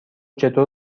چطور